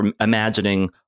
imagining